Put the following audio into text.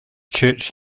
church